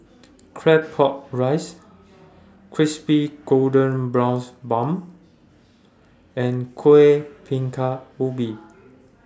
Claypot Rice Crispy Golden Brown Bun and Kueh Bingka Ubi